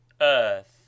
earth